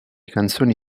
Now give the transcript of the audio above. canzoni